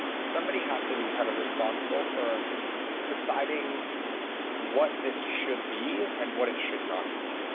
somebody has to be kind of responsible for deciding what this should be and what it should not be.